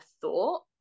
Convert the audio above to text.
thought